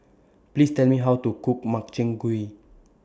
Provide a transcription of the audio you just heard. Please Tell Me How to Cook Makchang Gui